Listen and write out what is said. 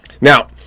Now